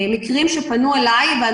אלו מקרים שאני קיבלתי לגביהם פניות.